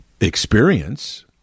experience